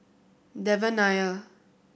Devan Nair